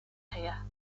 here